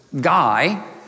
guy